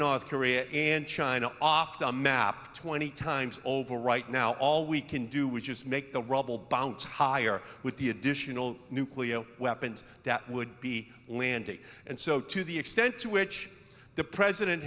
north korea and china off the map twenty times over right now all we can do which is make the rubble bounce higher with the additional nuclear weapons that would be landing and so to the extent to which the president